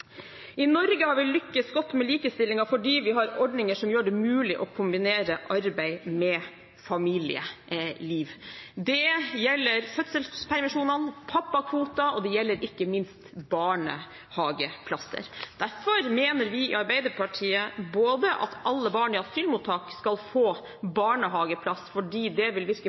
I Norge har vi lyktes godt med likestillingen fordi vi har ordninger som gjør det mulig å kombinere arbeid med familieliv. Det gjelder fødselspermisjon, pappakvoter, og det gjelder ikke minst barnehageplasser. Derfor mener vi i Arbeiderpartiet at alle barn i asylmottak skal få barnehageplass fordi det vil virke